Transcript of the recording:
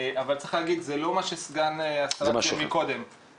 שמעתי בהם דרך המיקרופונים ודרך השולחן עוד לפני המיקרופונים הרבה,